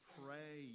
pray